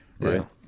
right